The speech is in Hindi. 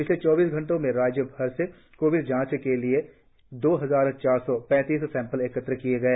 पिछले चौबीस घंटे में राज्यभर में कोविड जांच के लिए दो हजार चार सौ पैतीस सैंपल एकत्र किए गए